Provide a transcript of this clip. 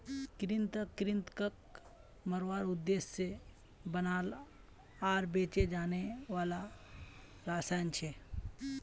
कृंतक कृन्तकक मारवार उद्देश्य से बनाल आर बेचे जाने वाला रसायन छे